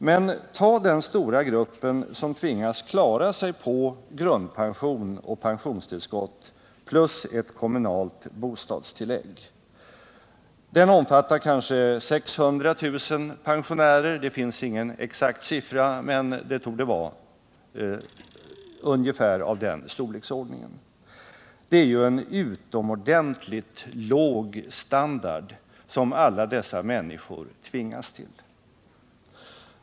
Men ta den stora gruppen som tvingas klara sig på grundpension och pensionstillskott plus ett kommunalt bostadstillägg. Den omfattar kanske 600 000 pensionärer — det finns ingen exakt siffra, men den torde vara av ungefär den storleksordningen. Det är ju en utomordentligt låg standard som dessa människor tvingas till.